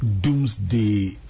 doomsday